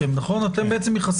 אני לא עובר דרככם, נכון?